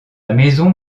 maison